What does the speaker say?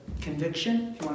conviction